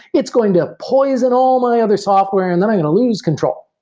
it's going to poison all my other software, and then i'm going to lose control.